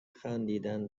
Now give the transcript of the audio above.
خندیدن